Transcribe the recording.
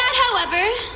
however,